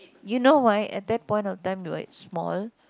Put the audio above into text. you know why at that point of time though it's small